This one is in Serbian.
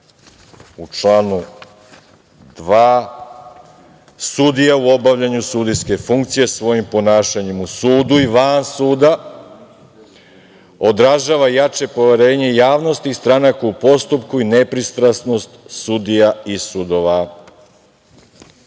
2. kaže – sudija u obavljanju sudijske funkcije svojim ponašanjem u sudu i van suda odražava jače poverenje javnosti i stranaka u postupku i nepristrasnost sudija i sudova. Pa